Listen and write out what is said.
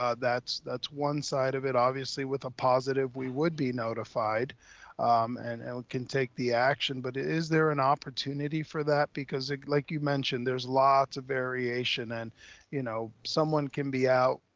ah that's that's one side of it, obviously with a positive, we would be notified and we can take the action. but is there an opportunity for that? because like you mentioned, there's lots of variation and you know, someone can be out,